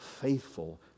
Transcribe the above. faithful